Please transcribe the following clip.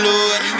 Lord